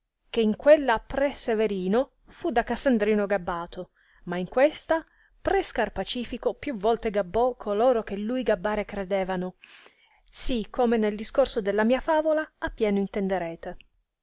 che in quella pre severino fu da cassandrino gabbato ma in questa pre scarpacifico più volte gabbò coloro che lui gabbare credevano sì come nel discorso della mia favola